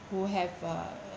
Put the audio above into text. who have uh